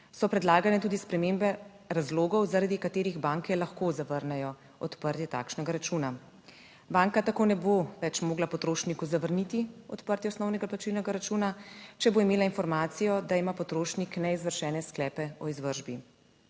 so predlagane tudi spremembe razlogov, zaradi katerih banke lahko zavrnejo odprtje takšnega računa. Banka tako ne bo več mogla potrošniku zavrniti odprtje osnovnega plačilnega računa, če bo imela informacijo, da ima potrošnik neizvršene sklepe o izvršbi.